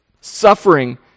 suffering